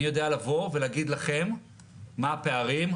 אני יודע להגיד לכם מה הפערים,